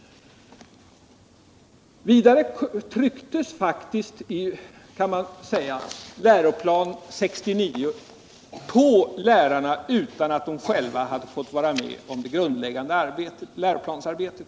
Vidare trycktes faktiskt, kan man säga, läroplan 69 på lärarna utan att de själva hade fått vara med i det grundläggande läroplansarbetet.